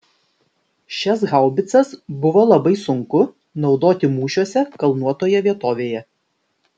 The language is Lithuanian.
šias haubicas buvo labai sunku naudoti mūšiuose kalnuotoje vietovėje